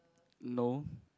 no